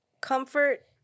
comfort